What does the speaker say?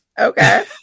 Okay